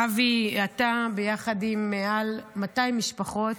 אבי, אתה, ביחד עם מעל 200 משפחות,